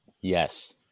Yes